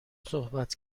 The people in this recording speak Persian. صحبت